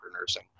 nursing